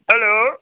hello